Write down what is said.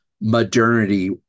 modernity